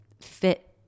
fit